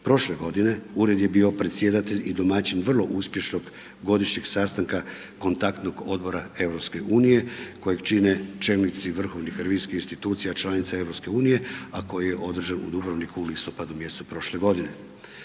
prošle godine ured je bio predsjedatelj i domaćin vrlo uspješnog godišnjeg sastanka kontaktnog odbora EU kojeg čine čelnici vrhovnih revizijskih institucija članica EU, a koji je održan u Dubrovniku u listopadu mjesecu prošle godine.